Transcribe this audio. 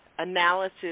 analysis